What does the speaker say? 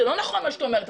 זה לא נכון מה שאת אומרת,